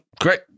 Great